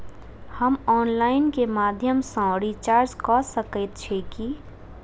हम ऑनलाइन केँ माध्यम सँ रिचार्ज कऽ सकैत छी की?